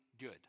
good